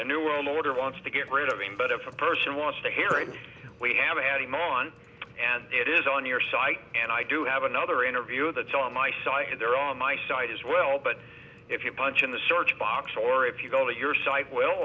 the new world order wants to get rid of him but if a person wants to hear and we have had him on and it is on your site and i do have another interview that on my site they're on my site as well but if you punch in the search box or if you go to your site well